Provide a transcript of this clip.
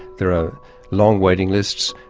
there are long waiting lists.